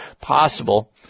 possible